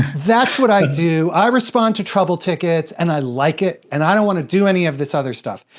that's what i do. i respond to trouble tickets, and i like it. and i don't want to do any of this other stuff.